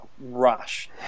rush